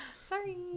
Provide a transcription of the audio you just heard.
Sorry